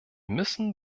müssen